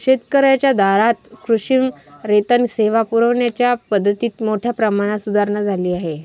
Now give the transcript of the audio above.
शेतकर्यांच्या दारात कृत्रिम रेतन सेवा पुरविण्याच्या पद्धतीत मोठ्या प्रमाणात सुधारणा झाली आहे